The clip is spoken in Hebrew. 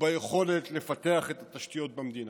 וביכולת לפתח את התשתיות במדינה.